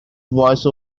voice